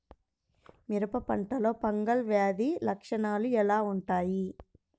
మిరప పంటలో ఫంగల్ వ్యాధి లక్షణాలు ఎలా వుంటాయి?